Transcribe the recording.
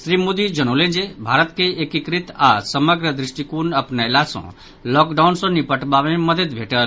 श्री मोदी जनौलनि जे भारतक एकीकृत आओर समग्र द्रष्टिकोण अपनयला सँ लॉकडाउन सँ निपटबा मे मददि भेटल